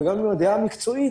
וגם עם הדעה המקצועית,